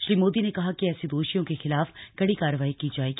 श्री मोदी ने कहा कि ऐसे दोषियों के खिलाफ कड़ी कार्रवाई की जाएगी